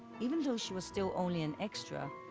even though she was still only an extra,